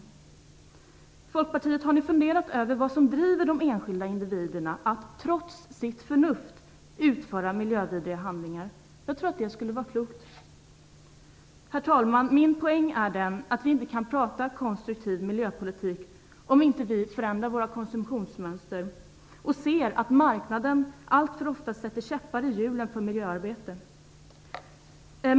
Har ni i Folkpartiet funderat över vad som driver de enskilda individerna att trots sitt förnuft utföra miljövidriga handlingar? Jag tror att det skulle vara klokt. Herr talman! Min poäng är att vi inte kan prata konstruktiv miljöpolitik om vi inte förändrar våra konsumtionsmönster och ser att marknaden alltför ofta sätter käppar i hjulen för miljöarbetet.